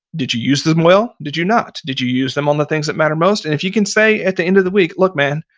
did you use them well? did you not? did you use them on the things that matter most? and if you can say at the end of the week look man,